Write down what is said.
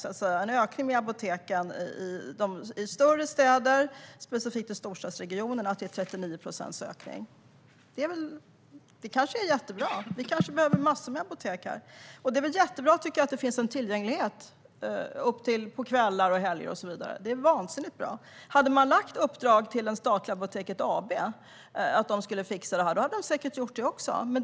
Det har skett en ökning av antalet apotek i större städer - specifikt i storstadsregionerna, där det har skett en ökning med 39 procent. Detta kanske är jättebra - vi kanske behöver massor med apotek här. Och det är väl jättebra att tillgängligheten är god och att apoteken är öppna på kvällar och helger - det är vansinnigt bra. Om man hade gett statliga Apoteket AB i uppdrag att fixa detta hade de säkert också gjort det.